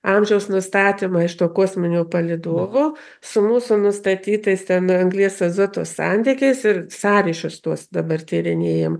amžiaus nustatymą iš to kosminio palydovo su mūsų nustatytais ten anglies azoto santykiais ir sąryšius tuos dabar tyrinėjam